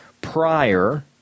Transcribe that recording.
prior